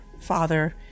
father